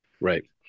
Right